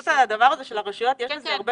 פשוט לדבר הזה של הרשויות יש הרבה